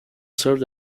served